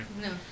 No